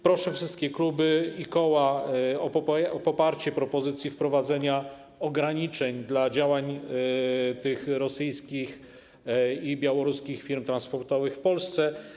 Proszę wszystkie kluby i koła o poparcie propozycji wprowadzenia ograniczeń dla działań rosyjskich i białoruskich firm transportowych w Polsce.